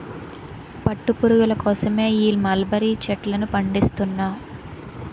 పట్టు పురుగుల కోసమే ఈ మలబరీ చెట్లను పండిస్తున్నా